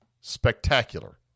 spectacular